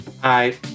Hi